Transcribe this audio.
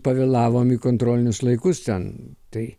pavėlavom į kontrolinius laikus ten tai